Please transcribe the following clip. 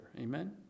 Amen